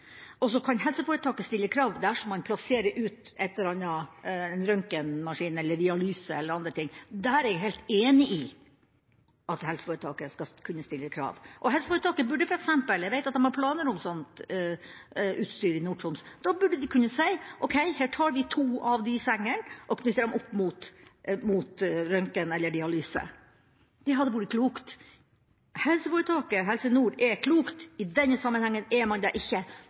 og så kan helseforetaket stille krav dersom man plasserer ut en eller annen røntgen- eller dialysemaskin eller andre ting. Der er jeg helt enig i at helseforetaket skal kunne stille krav. Helseforetaket burde f.eks. – jeg jeg vet at de har planer om sånt utstyr i Nord-Troms – kunne si: Ok, her tar vi to av de sengene og knytter dem opp mot røntgen eller dialyse. Det hadde vært klokt. Helseforetaket Helse Nord er klokt. I denne sammenheng er man det